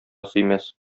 сөймәс